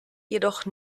jedoch